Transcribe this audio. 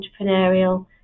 entrepreneurial